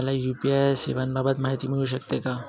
मला यू.पी.आय सेवांबाबत माहिती मिळू शकते का?